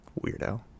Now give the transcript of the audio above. Weirdo